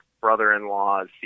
brother-in-law's